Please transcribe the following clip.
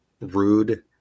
Rude